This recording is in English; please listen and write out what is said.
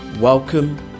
Welcome